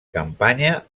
campanya